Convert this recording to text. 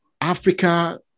Africa